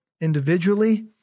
individually